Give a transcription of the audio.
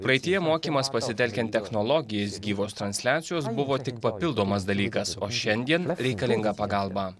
praeityje mokymas pasitelkiant technologijas gyvos transliacijos buvo tik papildomas dalykas o šiandien reikalinga pagalba